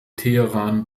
teheran